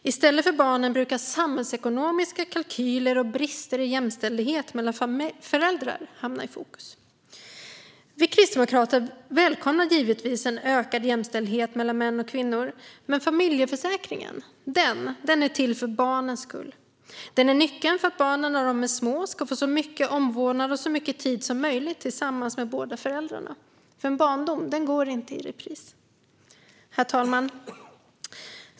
I stället för barnen brukar samhällsekonomiska kalkyler och brister i jämställdhet mellan föräldrar hamna i fokus. Vi kristdemokrater välkomnar givetvis en ökad jämställdhet mellan män och kvinnor. Men föräldraförsäkringen finns till för barnens skull. Den är nyckeln för att barnen när de är små ska få så mycket omvårdnad och så mycket tid som möjligt tillsammans med båda föräldrarna, för en barndom går inte i repris. Herr talman!